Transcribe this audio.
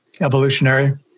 evolutionary